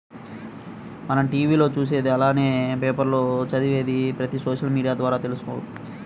మనం టీవీ లో చూసేది అలానే పేపర్ లో చదివేది ప్రతిది సోషల్ మీడియా ద్వారా తీసుకుంటున్నాము